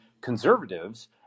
conservatives